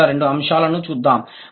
మొదటి రెండు అంశాలను చూద్దాం